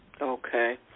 Okay